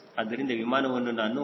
ಆದ್ದರಿಂದ ವಿಮಾನವನ್ನು ನಾನು 0